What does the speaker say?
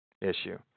issue